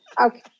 Okay